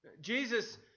Jesus